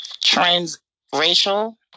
Trans-racial